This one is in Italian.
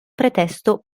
pretesto